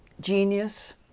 genius